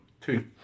two